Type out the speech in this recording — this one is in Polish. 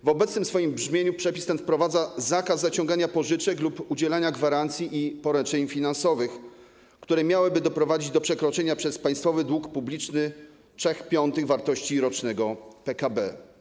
W swoim obecnym brzmieniu przepis ten wprowadza zakaz zaciągania pożyczek lub udzielania gwarancji i poręczeń finansowych, które miałyby doprowadzić do przekroczenia przez państwowy dług publiczny 3/5 wartości rocznego PKB.